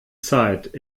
zeit